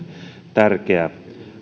tärkeä